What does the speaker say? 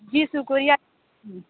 جی شُکریہ